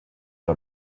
all